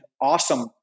awesome